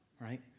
right